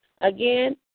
Again